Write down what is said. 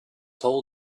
told